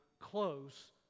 close